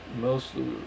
mostly